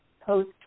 post